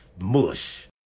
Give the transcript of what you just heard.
mush